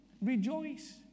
Rejoice